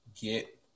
get